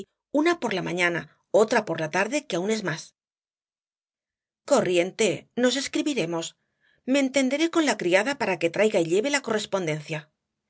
una por la mañana otra por la tarde que aún es más corriente nos escribiremos me entenderé con la criada para que traiga y lleve la correspondencia